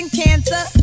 cancer